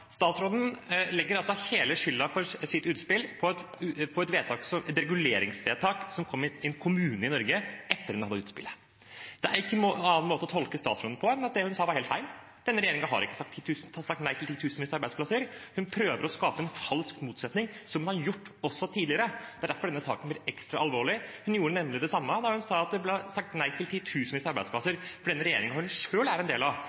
Statsråden legger altså hele skylden for sitt utspill på et reguleringsvedtak som kom i en kommune i Norge etter at hun hadde utspillet. Det er ikke noen annen måte å tolke statsråden på enn at det hun sa, var helt feil. Denne regjeringen har ikke sagt nei til titusenvis av arbeidsplasser. Hun prøver å skape en falsk motsetning, noe hun også har gjort tidligere. Det er derfor denne saken blir ekstra alvorlig. Hun gjorde nemlig det samme da hun sa at det ble sagt nei til titusenvis av arbeidsplasser da den regjeringen hun selv er en del av,